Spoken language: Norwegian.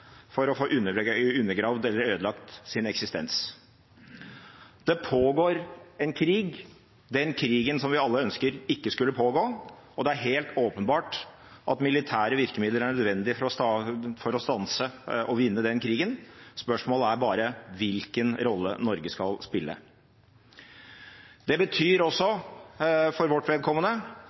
for å få undergravd eller ødelagt sin eksistens. Det pågår en krig, den krigen som vi alle ønsker ikke skulle pågå, og det er helt åpenbart at militære virkemidler er nødvendig for å stanse og vinne den krigen. Spørsmålet er bare hvilken rolle Norge skal spille. Det betyr også for vårt vedkommende